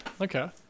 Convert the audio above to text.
Okay